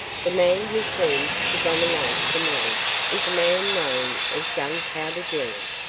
the man who seems to dominate them all is a man known as gunpowder gerry,